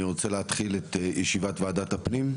ועדת הפנים,